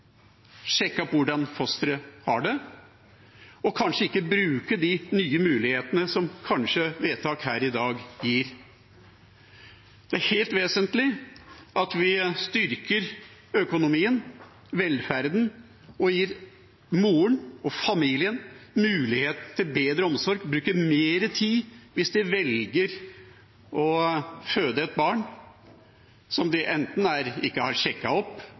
sjekke hvordan fosteret har det, og kanskje ikke bruke de nye mulighetene som et vedtak her i dag kan gi. Det er helt vesentlig at vi styrker økonomien og velferden og gir moren og familien muligheten til bedre omsorg, til å bruke mer tid, hvis de velger å føde et barn og ikke har sjekket hvilket stadium de er